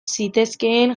zitezkeen